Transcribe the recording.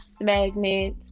magnet